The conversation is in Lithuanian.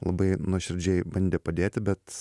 labai nuoširdžiai bandė padėti bet